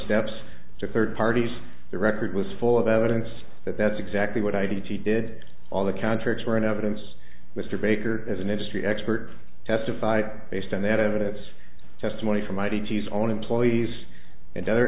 steps to third parties the record was full of evidence that that's exactly what i d t did all the contracts were in evidence mr baker as an industry expert testify based on that evidence testimony from mighty g s own employees and other